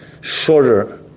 shorter